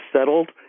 settled